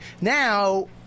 now